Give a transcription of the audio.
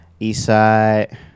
Eastside